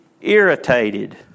irritated